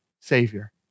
Savior